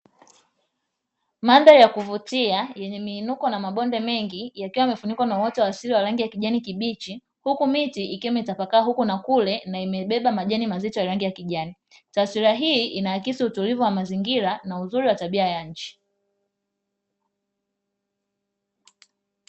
Madhari ya kuvutia yenye miinuko na mabonde mengi yakiwa yamefunikwa na uoto wasili wa rangi ya kijani kibichi huku miti, ikiwa imetapakaa huku na kule na imebeba majani mazito ya rangi ya kijani za taswira hii inaakisi utulivu wa mazingira na uzuri wa tabia ya nchi.